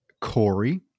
Corey